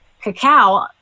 cacao